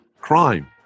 crime